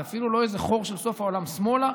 זה אפילו לא חור של סוף העולם שמאלה,